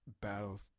battle